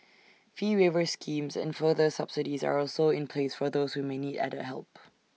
fee waiver schemes and further subsidies are also in place for those who may need added help